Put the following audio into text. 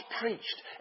preached